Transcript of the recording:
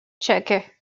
checker